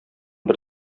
бер